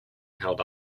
held